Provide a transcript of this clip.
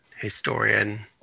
historian